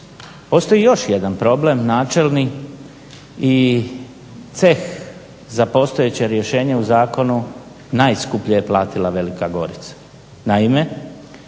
Postoji još jedan problem načelni i ceh za postojeće rješenje u zakonu najskuplje je platila Velika Gorica. Naime,